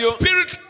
spirit